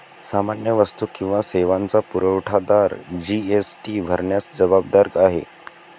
सामान्य वस्तू किंवा सेवांचा पुरवठादार जी.एस.टी भरण्यास जबाबदार आहे